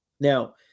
now